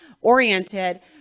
oriented